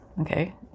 okay